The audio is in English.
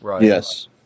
Yes